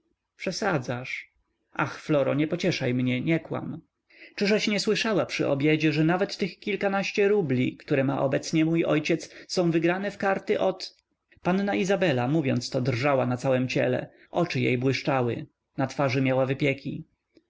zrujnowani przesadzasz ach floro nie pocieszaj mnie nie kłam czyżeś nie słyszała przy obiedzie że nawet tych kilkanaście rubli które ma obecnie mój ojciec są wygrane w karty od panna izabela mówiąc to drżała na całem ciele oczy jej błyszczały na twarzy miała wypieki